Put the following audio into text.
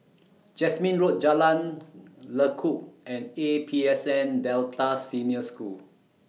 Jasmine Road Jalan Lekub and A P S N Delta Senior School